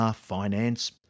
finance